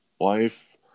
life